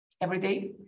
everyday